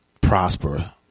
prosper